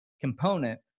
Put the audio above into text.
component